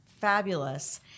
fabulous